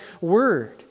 Word